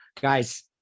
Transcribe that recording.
guys